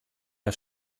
der